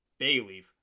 Bayleaf